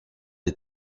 des